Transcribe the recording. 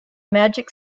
magic